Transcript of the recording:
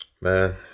Man